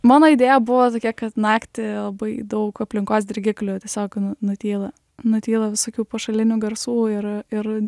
mano idėja buvo tokia kad naktį labai daug aplinkos dirgiklių tiesiog nu nutyla nutyla visokių pašalinių garsų ir ir